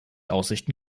aussichten